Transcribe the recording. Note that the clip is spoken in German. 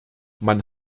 man